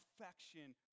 affection